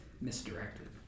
Misdirected